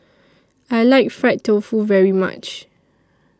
I like Fried Tofu very much